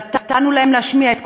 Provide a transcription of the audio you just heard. נתנו להם להשמיע את קולם,